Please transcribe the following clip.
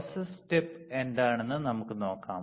process step എന്താണെന്ന് നമുക്ക് നോക്കാം